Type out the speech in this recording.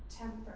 temper